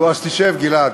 נו, אז תשב, גלעד,